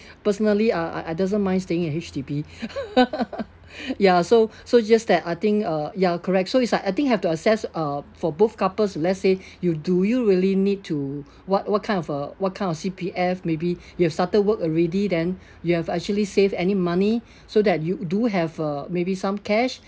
personally I I doesn't mind staying in H_D_B ya so so just that I think uh ya correct so it's like I think have to assess uh for both couples let's say you do you really need to what what kind of uh what kind of C_P_F maybe you've started work already then you have actually save any money so that you do have uh maybe some cash